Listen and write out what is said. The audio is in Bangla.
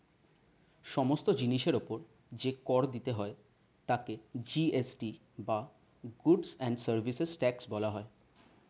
সমস্ত জিনিসের উপর যে কর দিতে হয় তাকে জি.এস.টি বা গুডস্ অ্যান্ড সার্ভিসেস ট্যাক্স বলা হয়